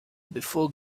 before